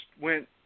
went